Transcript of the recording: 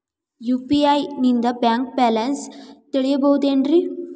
UPI ನಿಂದ bank balance ತಿಳಿಬಹುದೇನ್ರಿ?